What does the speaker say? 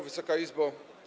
Wysoka Izbo!